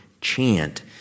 chant